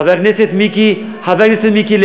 חבר הכנסת מיקי לוי,